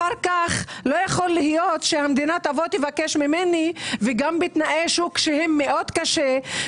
אחר כך לא יכול להיות שהמדינה תבוא תבקש ממני גם בתנאי שוק מאוד קשים,